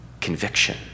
conviction